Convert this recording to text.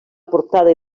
portada